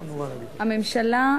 הממשלה,